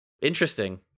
Interesting